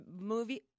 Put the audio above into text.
movie